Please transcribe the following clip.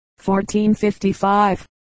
1455